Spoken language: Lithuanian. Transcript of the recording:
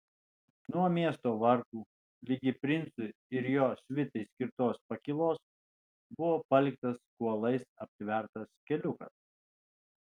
nuo miesto vartų ligi princui ir jo svitai skirtos pakylos buvo paliktas kuolais aptvertas keliukas